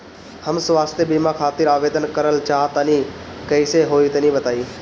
हम स्वास्थ बीमा खातिर आवेदन करल चाह तानि कइसे होई तनि बताईं?